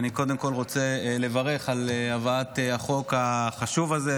אני קודם כול רוצה לברך על הבאת החוק החשוב הזה,